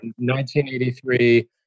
1983